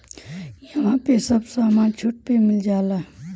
इहवा पे सब समान छुट पे मिल जाला